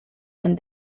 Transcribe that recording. and